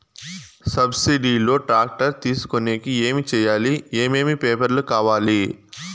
Subsidy లో tractor తీసుకొనేకి ఏమి చేయాలి? ఏమేమి పేపర్లు కావాలి?